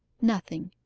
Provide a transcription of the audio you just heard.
nothing.